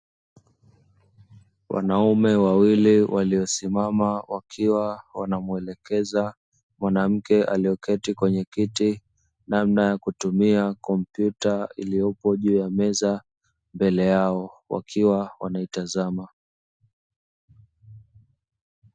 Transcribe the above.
Wanaume, wawili, walio simama, wakiwa, wanamwelekeza, wanamke alyoketi kwenye kiti, namna ya kutumia, kompyuta iliyo juu ya meza, mbele yao, wakiwa, wanaitazama.